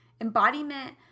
Embodiment